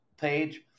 page